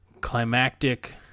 climactic